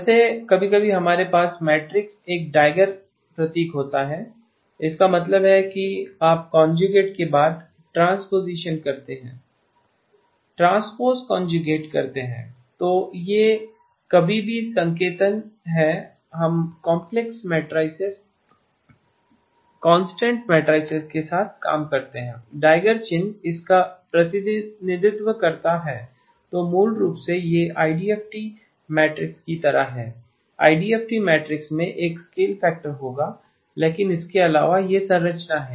वैसे कभी कभी हमारे पास मैट्रिक्स एक डैगर प्रतीक होता है इसका मतलब है कि आप कोंजूगेशन के बाद ट्रांस्पोसिशन करते हैं ट्रांसपोज़ कोंजूगेट करते हैं तो यह कभी भी संकेतन है हम कॉम्प्लेक्स मेट्राईसेस कॉन्स्टैंट मेट्राईसेस के साथ काम करते हैं † चिन्ह इसका प्रतिनिधित्व करता है तो मूल रूप से यह आईडीएफटी मैट्रिक्स की तरह है आईडीएफटी मैट्रिक्स में एक स्केल फैक्टर होगा लेकिन इसके अलावा यह संरचना है